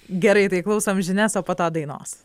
gerai tai klausom žinias o po to dainos